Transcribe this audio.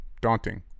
daunting